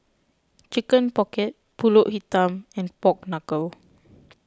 Chicken Pocket Pulut Hitam and Pork Knuckle